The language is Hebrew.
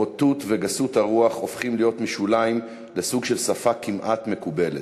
הבוטות וגסות הרוח הופכות משוליים לסוג של שפה כמעט מקובלת.